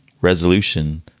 resolution